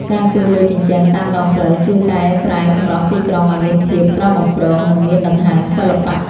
ការគូរលើជញ្ជាំងតាមដងផ្លូវជួយកែប្រែសម្រស់ទីក្រុងឱ្យមានភាពស្រស់បំព្រង និងមានដង្ហើមសិល្បៈ។